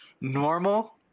Normal